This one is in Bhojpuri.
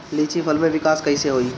लीची फल में विकास कइसे होई?